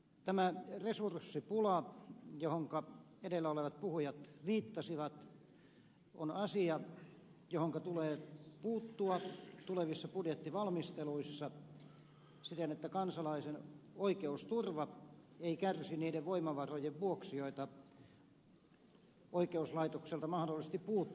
tämä resurssipula johonka edellä olevat puhujat viittasivat on asia johonka tulee puuttua tulevissa budjettivalmisteluissa siten että kansalaisen oikeusturva ei kärsi niiden voimavarojen vuoksi joita oikeuslaitokselta mahdollisesti puuttuisi